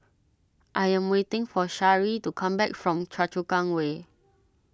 I am waiting for Sharee to come back from Choa Chu Kang Way